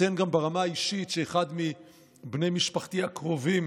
אציין גם ברמה האישית שאחד מבני משפחתי הקרובים